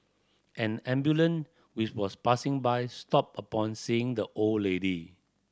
an ambulance which was passing by stopped upon seeing the old lady